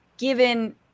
given